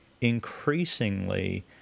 increasingly